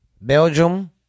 Belgium